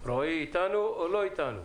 רועי איתנו או לא איתנו?